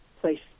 place